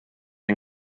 den